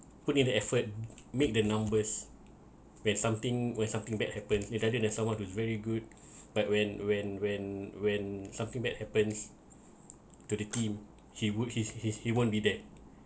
put in the effort made the numbers when something when something bad happens it’s better than someone who’s very good but when when when when something bad happens to the team he would he's he's he won't be there